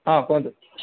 ହଁ କୁହନ୍ତୁ